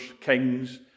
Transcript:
kings